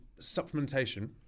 Supplementation